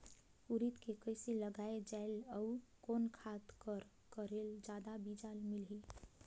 उरीद के कइसे लगाय जाले अउ कोन खाद कर करेले जादा बीजा मिलही?